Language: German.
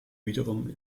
wiederum